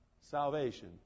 Salvation